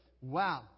wow